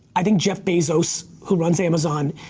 i think jeff bezos, who runs amazon,